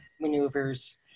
maneuvers